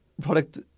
product